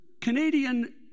Canadian